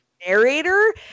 narrator